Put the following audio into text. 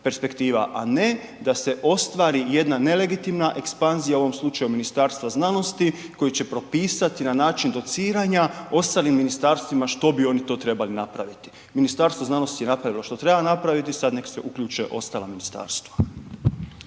a ne da se ostvari jedna nelegitimna ekspanzija u ovom slučaju Ministarstva znanosti koje će propisati na način dociranja ostalim ministarstvima što bi oni to trebali napraviti. Ministarstvo znanosti je napravilo što treba napraviti, sad nek se uključe ostala ministarstva.